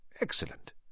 Excellent